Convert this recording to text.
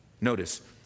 Notice